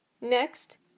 Next